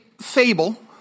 fable